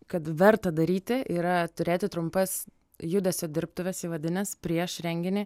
kad verta daryti yra turėti trumpas judesio dirbtuves įvadines prieš renginį